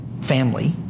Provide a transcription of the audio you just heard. family